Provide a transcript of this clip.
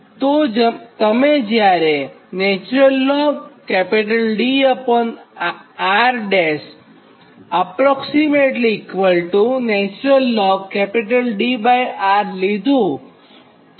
જ્યાં તમે lnDr lnDr લીધું છે